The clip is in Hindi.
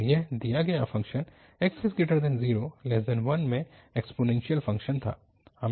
तो यह दिया गया फ़ंक्शन 0x1 में एक्सपोनेन्शियल फ़ंक्शन था